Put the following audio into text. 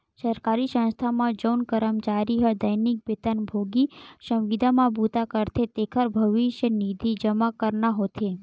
सरकारी संस्था म जउन करमचारी ह दैनिक बेतन भोगी, संविदा म बूता करथे तेखर भविस्य निधि जमा करना होथे